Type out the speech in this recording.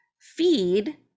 feed